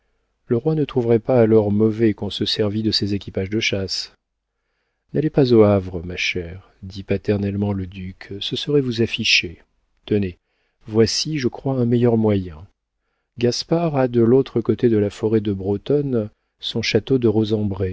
le roi ne trouverait pas alors mauvais qu'on se servît de ses équipages de chasse n'allez pas au havre ma chère dit paternellement le duc ce serait vous afficher tenez voici je crois un meilleur moyen gaspard a de l'autre côté de la forêt de brotonne son château de